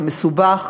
זה מסובך.